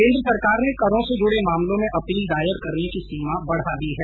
केन्द्र सरकार ने करों से जुड़े मामलों में अपील दायर करने की सीमा बढ़ा दी है